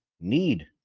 need